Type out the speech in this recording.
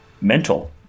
mental